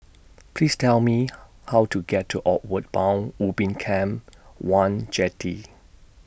Please Tell Me How to get to Outward Bound Ubin Camp one Jetty